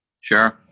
Sure